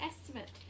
estimate